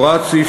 הוראת סעיף